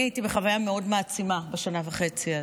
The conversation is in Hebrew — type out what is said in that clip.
אני הייתי בחוויה מאוד מעצימה בשנה וחצי האלה.